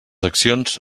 accions